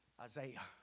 Isaiah